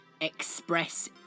express